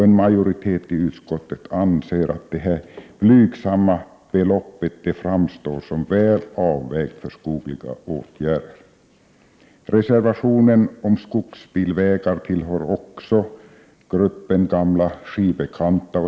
En majoritet i utskottet anser att detta blygsamma belopp framstår som väl avvägt för skogliga åtgärder. Reservationen om skogsbilvägar tillhör också gruppen gamla skivbekanta.